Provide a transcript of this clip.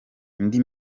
indi